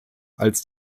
als